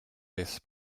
this